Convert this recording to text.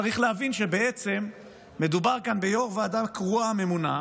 צריך להבין שמדובר ביו"ר ועדה קרואה ממונה,